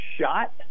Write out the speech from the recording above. shot